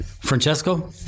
Francesco